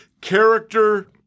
character